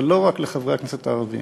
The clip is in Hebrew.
ולא רק לחברי הכנסת הערבים.